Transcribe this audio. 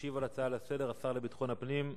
ישיב על ההצעה לסדר-היום השר לביטחון פנים,